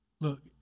Look